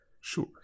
Sure